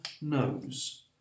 knows